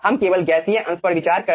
हम केवल गैसीय अंश पर विचार कर रहे हैं